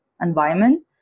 environment